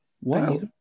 wow